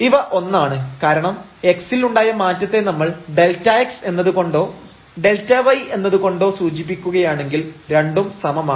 ഇവ ഒന്നാണ് കാരണം x ൽ ഉണ്ടായ മാറ്റത്തെ നമ്മൾ Δx എന്നത് കൊണ്ടോ Δy എന്നത് കൊണ്ടോ സൂചിപ്പിക്കുകയാണെങ്കിൽ രണ്ടും സമമാണ്